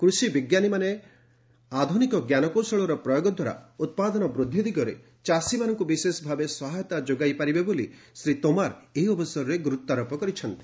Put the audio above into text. କୃଷି ବିଞ୍ଜାନୀମାନେ ଆଧୁନିକ ଜ୍ଞାନକୌଶଳର ପ୍ରୟୋଗ ଦ୍ୱାରା ଉତ୍ପାଦନ ବୃଦ୍ଧି ଦିଗରେ ଚାଷୀମାନଙ୍କୁ ବିଶେଷ ଭାବେ ସହାୟତା ଯୋଗାଇ ପାରିବେ ବୋଲି ଶ୍ରୀ ତୋମାର ଏହି ଅବସରରେ ଗୁରୁତ୍ୱାରୋପ କରିଛନ୍ତି